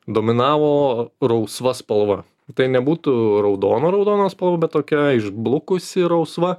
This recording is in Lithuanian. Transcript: dominavo rausva spalva tai nebūtų raudona raudona spalva bet tokia išblukusi rausva